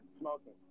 smoking